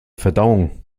verdauung